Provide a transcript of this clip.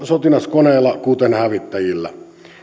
sotilaskoneilla kuten hävittäjillä